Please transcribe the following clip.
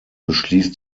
beschließt